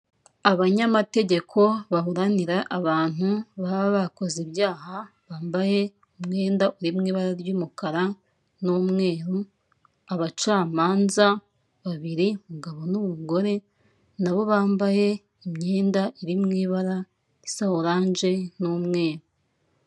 Abanyamategeko baburanira abantu baba bakoze ibyaha bambaye umwenda uri mu ibara ry'umukara n'umweru, abacamanza babiri umugabo n'umugore nabo bambaye imyenda iri mu ibara risa orange n'umweru.